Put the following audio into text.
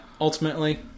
ultimately